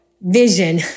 vision